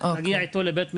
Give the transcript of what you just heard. להגיע איתו לבית משפט,